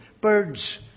Birds